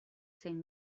zein